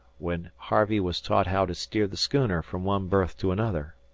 when harvey was taught how to steer the schooner from one berth to another.